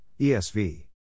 ESV